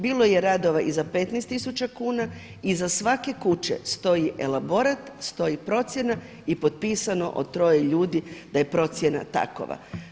Bilo je radova i za 15 tisuća kuna i za svake kuće stoji elaborat, stoji procjena i potpisano od troje ljudi da je procjena takova.